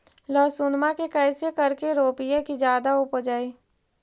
लहसूनमा के कैसे करके रोपीय की जादा उपजई?